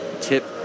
tip